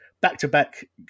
back-to-back